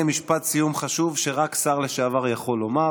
הינה משפט סיום חשוב שרק שר לשעבר יכול לומר: